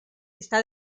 está